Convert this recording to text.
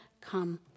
come